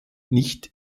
nicht